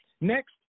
Next